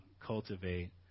cultivate